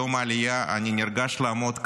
ביום העלייה אני נרגש לעמוד כאן,